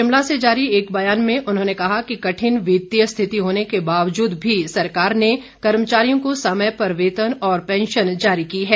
शिमला से जारी एक बयान में उन्होंने कहा कि कठिन वित्तीय स्थिति होने के बावजूद भी सरकार ने कर्मचारियों को समय पर वेतन और पैंशन जारी की है